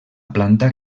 planta